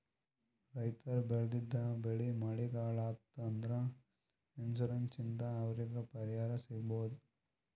ರೈತರ್ ಬೆಳೆದಿದ್ದ್ ಬೆಳಿ ಮಳಿಗ್ ಹಾಳ್ ಆಯ್ತ್ ಅಂದ್ರ ಇನ್ಶೂರೆನ್ಸ್ ಇಂದ್ ಅವ್ರಿಗ್ ಪರಿಹಾರ್ ಸಿಗ್ಬಹುದ್